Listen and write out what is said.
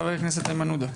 חבר הכנסת איימן עודה.